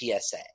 PSA